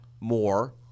more